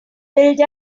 build